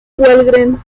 wahlgren